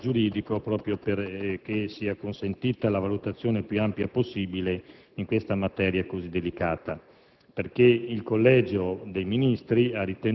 Mi limiterò a dare alcune indicazioni di carattere giuridico proprio perché sia consentita la valutazione più ampia possibile in questa materia così delicata,